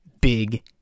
big